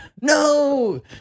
No